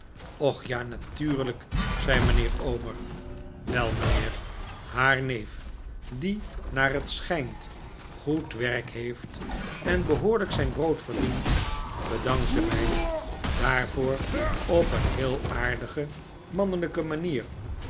och ja natuurliik zei mijnheer omer wel mijnheer haar neef die naar het schijnt goed werk heeft en behoorlijk zijn brood verdient bedankte mij daarvoor op een heel aardige mannelijke manier